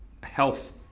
health